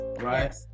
right